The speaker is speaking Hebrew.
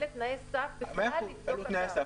אלה תנאי סף לבדוק אותם.